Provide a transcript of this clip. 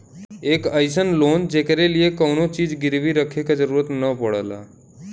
एक अइसन लोन जेकरे लिए कउनो चीज गिरवी रखे क जरुरत न पड़ला